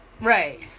Right